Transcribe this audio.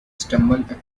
stumbled